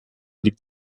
liegt